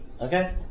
Okay